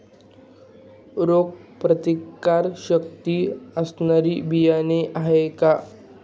रोगप्रतिकारशक्ती असणारी बियाणे आहे का?